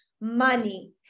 money